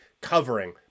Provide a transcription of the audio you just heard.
covering